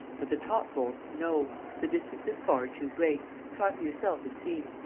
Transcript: but the top bolt, no the distance is far too great. try for yourself and see.